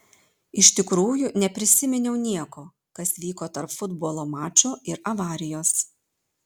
iš tikrųjų neprisiminiau nieko kas vyko tarp futbolo mačo ir avarijos